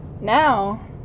now